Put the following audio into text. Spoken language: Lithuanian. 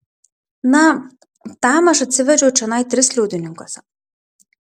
na tam aš atsivedžiau čionai tris liudininkus